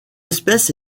espèce